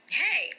hey